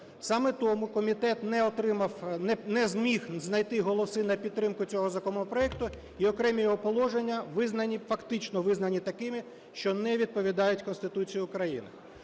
Саме тому комітет не зміг знайти голоси на підтримку цього законопроекту і окремі його положення визнані, фактично визнані такими, що не відповідають Конституції України.